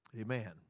Amen